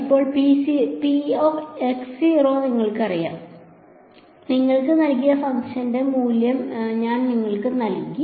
ഇപ്പോൾ എനിക്കറിയാം നിങ്ങൾക്ക് നൽകിയ ഫംഗ്ഷന്റെ മൂല്യം ഞാൻ നിങ്ങൾക്ക് നൽകി